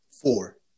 four